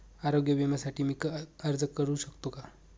आरोग्य विम्यासाठी मी अर्ज करु शकतो का?